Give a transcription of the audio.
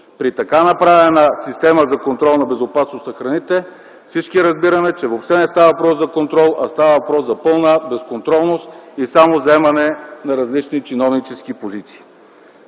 При така направената система за контрол на безопасност на храните всички разбираме, че въобще не става въпрос за контрол, а става въпрос за пълна безконтролност и само заемане на различни чиновнически позиции.